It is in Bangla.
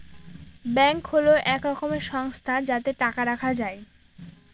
ব্যাঙ্ক হল এক রকমের সংস্থা যাতে টাকা রাখা যায়